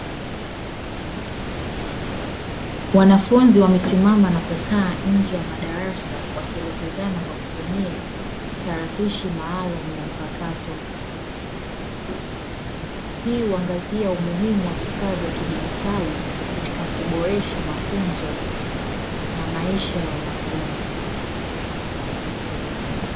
Wanafunzi wamesimama na kukaa nje ya madarasa, wakielekezana kwa kutumia tarakishi maalumu ya mpakato. Hii uangazia umuhimu wa vifaa vya kidijitali, katika kuboresha mafunzo na maisha ya wanafunzi.